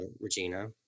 Regina